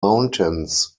mountains